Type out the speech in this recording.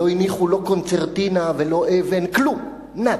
לא הניחו לא קונצרטינה ולא אבן, כלום, נאדה.